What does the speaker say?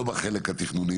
לא בחלק התכנוני.